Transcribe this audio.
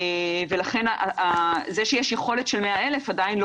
ולכן זה שיש יכולת של 100,000 עדיין לא